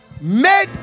made